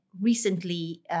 recently